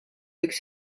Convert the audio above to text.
võiks